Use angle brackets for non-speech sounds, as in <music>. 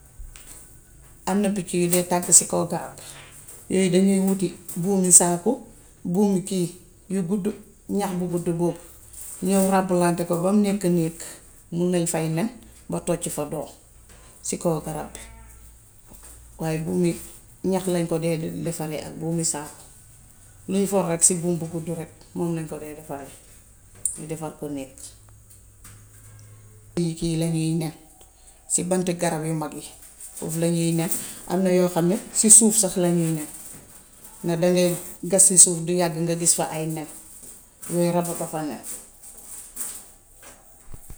Am na picc yu dee tàgg ci kaw garab. Yooy dañeey wuti buumi saaku buumi kii yu guddu, ñax bu guddu boobu, ñów ràbblaante ko bam nekk néeg. Mun nañ faay nen ba toj fa doom si kow garab bi. Waaye buum yi, ñax lañ ko dee defaree ak buumi saaku. Luñ for rekk si buum bu guddu moom lañ ko dee deferee, ñu defer ko néeg. Ciy kii lañuy nen, si banti garab yu mag yi. Foofu lañuy nen <noise> am na yoo xam ne ci suuf sax lañuy nen. Xam ne dangay gas si suuf du yàgg nga gis fa ay nen. Yooyu rab a ko fa nekk. <noise>